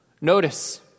Notice